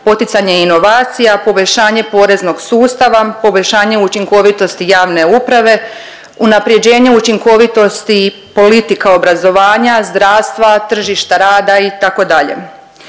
poticanje inovacija, poboljšanje poreznog sustava, poboljšanje učinkovitosti javne uprave, unaprjeđenje učinkovitosti politika obrazovanja, zdravstva, tržišta rada itd.